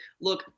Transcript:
look